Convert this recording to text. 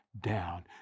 down